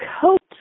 coat